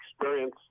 experience